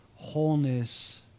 wholeness